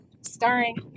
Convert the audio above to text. starring